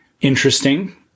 interesting